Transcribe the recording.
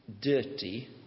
dirty